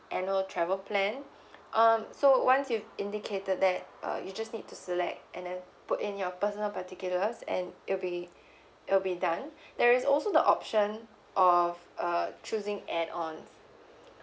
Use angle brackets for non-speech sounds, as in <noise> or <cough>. annual travel plan um so once you indicated that uh you just need to select and then put in your personal particulars and it'll be it'll be done <breath> there is also the option of uh choosing add ons